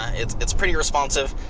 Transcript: it's it's pretty responsive.